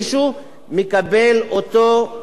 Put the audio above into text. מקבל אותו אדם,